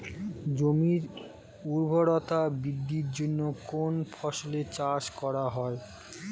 জমির উর্বরতা বৃদ্ধির জন্য কোন ফসলের চাষ করা হয়?